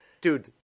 Dude